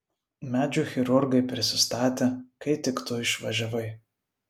medžių chirurgai prisistatė kai tik tu išvažiavai